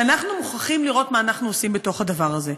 שאנחנו מוכרחים לראות מה אנחנו עושים בתוך הדבר הזה.